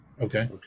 Okay